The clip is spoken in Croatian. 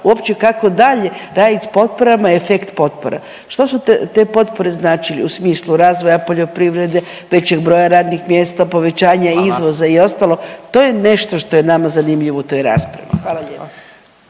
uopće kako dalje radit s potporama, efekt potpora. Što su te potpore značile u smislu razvoja poljoprivrede, većeg broja radnih mjesta, povećanja izvoza i ostalo … …/Upadica Radin: Hvala./… … to je nešto što je nama zanimljivo u toj raspravi. Hvala lijepa.